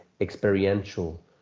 experiential